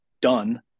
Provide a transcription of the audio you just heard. done